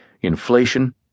inflation